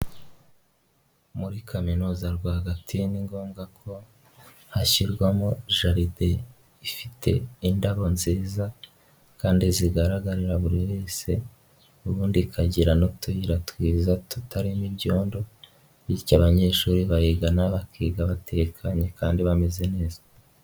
Muri Kaminuza rwagati ni ngombwa ko hashyirwamo jalide ifite indabo nziza kandi zigaragarira buri wese, ubundi ikagira n'utuyira twiza tutarimo ibyondo, bityo abanyeshuri bahiga bakiga batekanye kandi bameze neza.